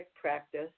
practice